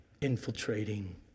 infiltrating